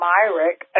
Myrick